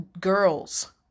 girls